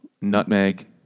Nutmeg